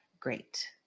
great